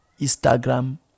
Instagram